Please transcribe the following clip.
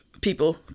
people